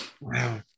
Wow